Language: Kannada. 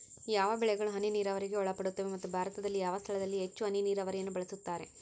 ಯಾವ ಬೆಳೆಗಳು ಹನಿ ನೇರಾವರಿಗೆ ಒಳಪಡುತ್ತವೆ ಮತ್ತು ಭಾರತದಲ್ಲಿ ಯಾವ ಸ್ಥಳದಲ್ಲಿ ಹೆಚ್ಚು ಹನಿ ನೇರಾವರಿಯನ್ನು ಬಳಸುತ್ತಾರೆ?